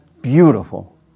beautiful